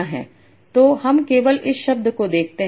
तो हम केवल इस शब्द को देखते हैं